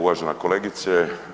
Uvažena kolegice.